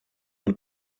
und